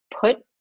put